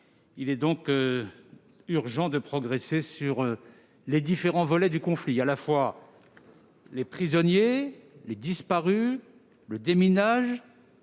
Il est donc urgent de progresser sur les différents volets du conflit : les prisonniers, les disparus, le déminage,